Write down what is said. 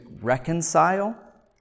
reconcile